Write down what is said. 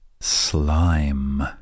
slime